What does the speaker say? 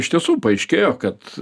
iš tiesų paaiškėjo kad